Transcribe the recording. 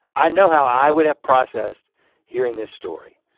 i know how i would have processed hearing this story.